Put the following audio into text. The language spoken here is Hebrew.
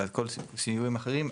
אלא סיועים אחרים,